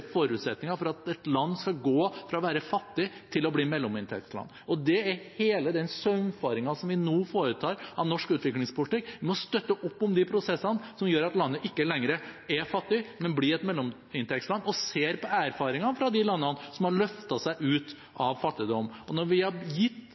for at et land skal gå fra å være fattig til å bli mellominntektsland. Det er hele den saumfaringen som vi nå foretar av norsk utviklingspolitikk: Vi må støtte opp om de prosessene som gjør at landet ikke lenger er fattig, men blir et mellominntektsland, og se på erfaringene fra de landene som har løftet seg ut av fattigdom. Når vi har gitt